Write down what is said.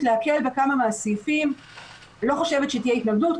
בכמה סעיפים לא חושבת שתהיה התנגדות,